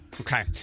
Okay